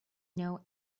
know